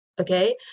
okay